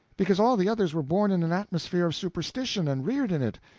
because all the others were born in an atmosphere of superstition and reared in it.